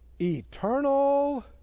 eternal